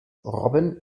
robin